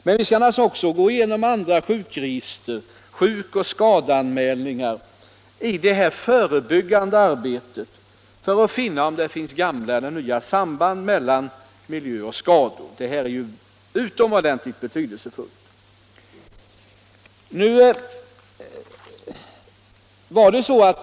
Men vi skall naturligtvis också i detta förebyggande arbete gå igenom andra sjukregister och sjukoch skadeanmälningar för att utröna om det finns gamla eller nya samband mellan miljö och skador. Detta är utomordentligt betydelsefullt.